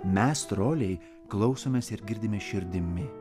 mes troliai klausomės ir girdime širdimi